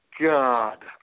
God